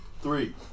Three